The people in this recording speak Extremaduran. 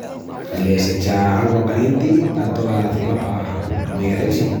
Le s'echa augua calienti pa tola çurrapa amollecel-si.